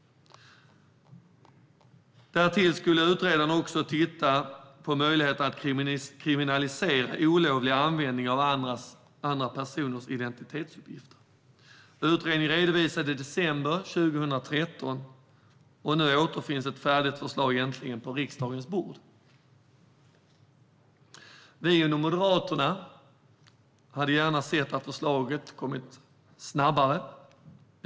Därtill skulle utredaren titta på möjligheterna att kriminalisera olovlig användning av andra personers identitetsuppgifter. Utredningen redovisades i december 2013, och nu återfinns äntligen ett färdigt förslag på riksdagens bord. Vi inom Moderaterna hade gärna sett att förslaget hade kommit snabbare.